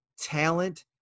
talent